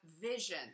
vision